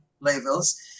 levels